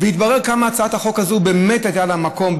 והתברר כמה הצעת החוק הזאת באמת היה לה מקום.